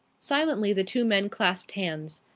silently the two men clasped hands.